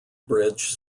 bridge